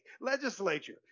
Legislature